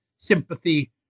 sympathy